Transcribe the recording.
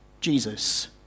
Jesus